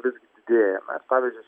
visgi didėja mes pavyzdžius